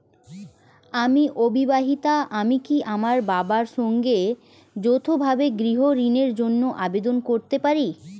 আমি অবিবাহিতা আমি কি আমার বাবার সঙ্গে যৌথভাবে গৃহ ঋণের জন্য আবেদন করতে পারি?